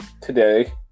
today